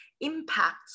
impact